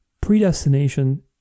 predestination